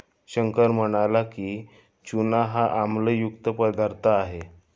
शंकर म्हणाला की, चूना हा आम्लयुक्त पदार्थ आहे